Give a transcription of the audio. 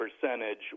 percentage